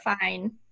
fine